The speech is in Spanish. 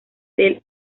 del